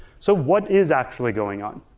so what is actually going on?